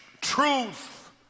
truth